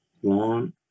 one